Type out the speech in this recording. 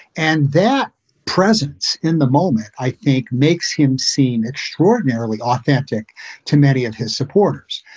and that presence in the moment, i think, makes him seem extraordinarily authentic to many of his supporters,